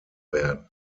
werden